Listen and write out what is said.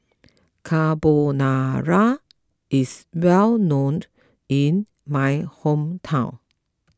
Carbonara is well known in my hometown